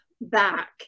back